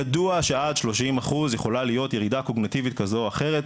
ידוע שעד 30% יכולה להיות ירידה קוגניטיבית כזו או אחרת.